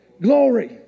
Glory